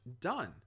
done